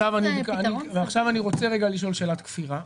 ועכשיו אני רוצה לשאול שאלת כפירה,